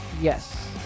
yes